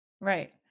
Right